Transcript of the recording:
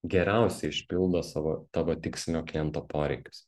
geriausiai išpildo savo tavo tikslinio kliento poreikius